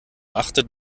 achtet